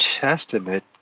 Testament